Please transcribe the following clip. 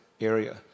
area